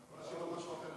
רשום לי מישהו אחר.